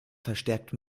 verstärkt